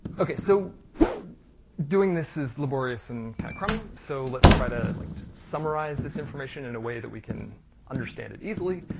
okay, so doing this is laborious and kind of crummy, so let's try to like just summarize this information in a way that we can understand it easily.